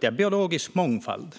Det är biologisk mångfald.